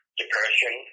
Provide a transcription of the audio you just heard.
depression